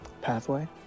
pathway